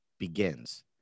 begins